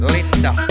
Linda